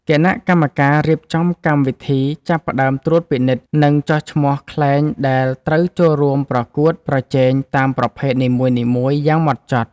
គណៈកម្មការរៀបចំកម្មវិធីចាប់ផ្ដើមត្រួតពិនិត្យ និងចុះឈ្មោះខ្លែងដែលត្រូវចូលរួមប្រកួតប្រជែងតាមប្រភេទនីមួយៗយ៉ាងហ្មត់ចត់។